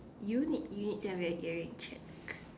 you need you need to have your hearing check